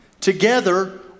together